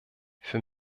für